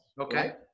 Okay